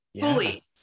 fully